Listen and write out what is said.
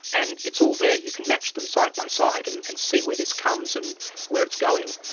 and it's all there, you can match them side by side and and see where this comes and where it's going.